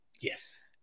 Yes